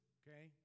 okay